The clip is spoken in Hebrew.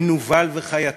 מנוול וחייתי.